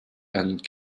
and